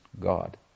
God